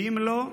ואם לא,